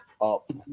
up